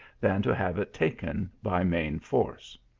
than to have it taken by main force.